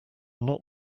not